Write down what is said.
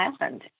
Island